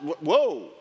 Whoa